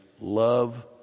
love